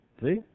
See